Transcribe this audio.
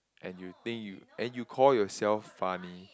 and you think you and you call yourself funny